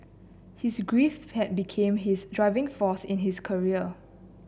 his grief had become his driving force in his career